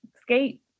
skate